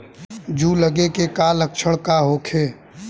जूं लगे के का लक्षण का होखे?